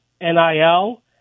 NIL